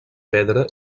pedra